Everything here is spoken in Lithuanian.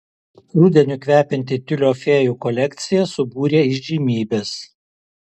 rudeniu kvepianti tiulio fėjų kolekcija subūrė įžymybes